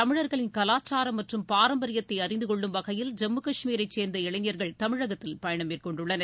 தமிழர்களின் கலாச்சாரம் மற்றும் பாரம்பரியத்தை அறிந்து கொள்ளும் வகையில் ஜம்மு காஷ்மீரைச் சேர்ந்த இளைஞர்கள் தமிழகத்தில் பயணம் மேற்கொண்டுள்ளனர்